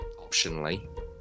optionally